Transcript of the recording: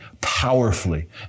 powerfully